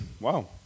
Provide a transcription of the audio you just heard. Wow